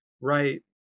right